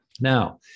Now